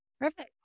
Perfect